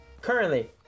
currently